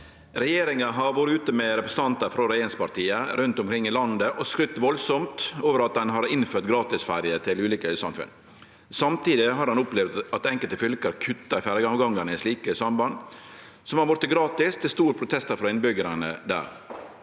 «Regjeringa har vore ute med representantar frå regjeringspartia rundt omkring i landet og skrytt voldsomt over at ein har innført gratisferjer til ulike øysamfunn. Samtidig har ein opplevd at enkelte fylke har kutta i ferjeavgangar i slike samband som har vorte gratis, til store protestar frå innbyggjarane der.